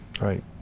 right